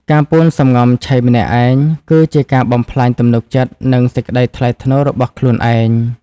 ការពួនសំងំឆីម្នាក់ឯង គឺជាការបំផ្លាញទំនុកចិត្ត និងសេចក្ដីថ្លៃថ្នូររបស់ខ្លួនឯង។